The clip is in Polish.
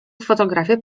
fotografie